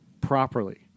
properly